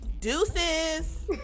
Deuces